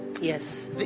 Yes